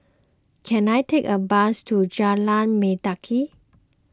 can I take a bus to Jalan Mendaki